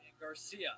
Garcia